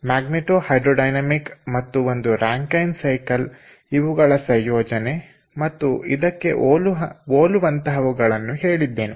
magneto hydrodynamic ಮತ್ತು ಒಂದು Rankine cycle ಇವುಗಳ ಸಂಯೋಜನೆ ಮತ್ತು ಇದಕ್ಕೆ ಹೋಲುವಂತಹವುಗಳನ್ನು ಹೇಳಿದ್ದೆನು